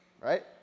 right